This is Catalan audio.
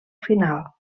final